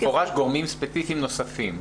במפורש גורמים ספציפיים נוספים.